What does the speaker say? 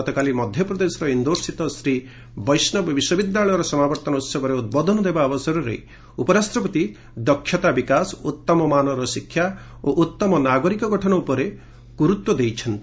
ଗତକାଲି ମଧ୍ୟପ୍ରଦେଶର ଇନ୍ଦୋର୍ସ୍ଥିତ ଶ୍ରୀ ବୈଷ୍ଣବ ବିଶ୍ୱବିଦ୍ୟାଳୟର ସମାବର୍ତ୍ତନ ଉତ୍ବରେ ଉଦ୍ବୋଧନ ଦେବା ଅବସରରେ ଉପରାଷ୍ଟ୍ରପତି ଦକ୍ଷତା ବିକାଶ ଉତ୍ତମ ମାନର ଶିକ୍ଷା ଓ ଉତ୍ତମ ନାଗରିକ ଗଠନ ଉପରେ ଗୁରୁତ୍ୱ ଦେଇଛନ୍ତି